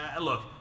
look